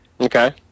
okay